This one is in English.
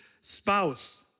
spouse